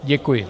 Děkuji.